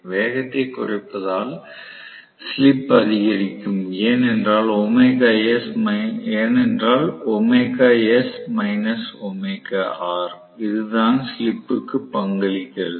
வேகத்தைக் குறைப்பதால் ஸ்லிப் அதிகரிக்கும் ஏனென்றால் இதுதான் ஸ்லிப் க்கு பங்களிக்கிறது